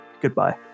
goodbye